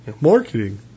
marketing